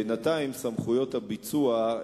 בינתיים סמכויות הביצוע,